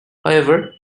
however